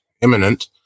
imminent